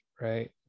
right